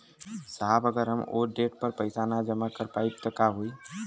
साहब अगर हम ओ देट पर पैसाना जमा कर पाइब त का होइ?